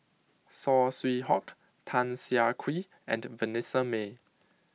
Saw Swee Hock Tan Siah Kwee and Vanessa Mae